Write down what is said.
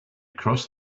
crossed